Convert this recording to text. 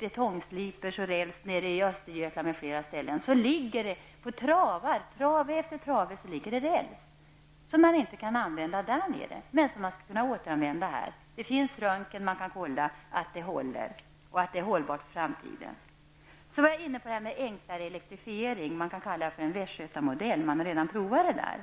betongsliprar och räls byts ut i Östergötland m.fl. områden läggs allt detta på hög som inte går att användas där. Men det skulle kunna återanvändas i detta fall. Med hjälp av röntgen går det att kontrollera att materialet håller och är hållbart för framtiden. Vidare har vi enklare elektrifiering. Det går att kalla det för en Västgötamodell. Den har redan prövats där.